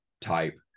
type